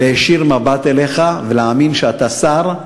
להישיר מבט אליך ולהאמין שאתה שר,